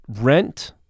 Rent